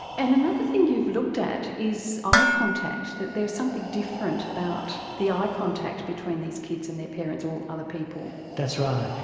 and another thing you've looked at is eye contact, that there's something different about the eye contact between these kids and their parents or other people. that's right.